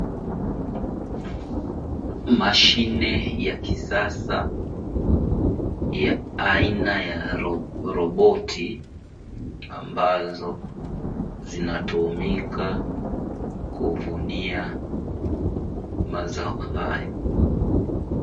Mashine ya kisasa aina ya roboti ambazo zinatumika kuvunia mazao haya.